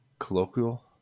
Colloquial